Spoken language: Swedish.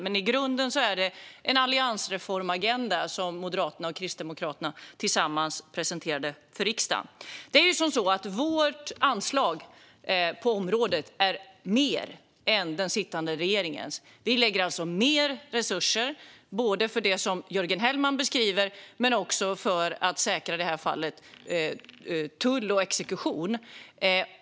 Men i grunden är det en alliansreformagenda som Moderaterna och Kristdemokraterna tillsammans presenterar för riksdagen. Vårt anslag på området är större än den sittande regeringens. Vi lägger alltså mer resurser för både det som Jörgen Hellman beskriver och för att säkra tull och exekution.